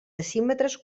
decímetres